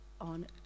on